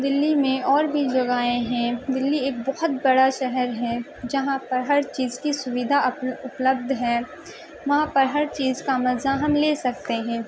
دلّی میں اور بھی جگہیں ہیں دلی ایک بہت بڑا شہر ہے جہاں پر ہر چیز کی سودھا اپلبدھ ہے وہاں پر ہر چیز کا مزہ ہم لے سکتے ہیں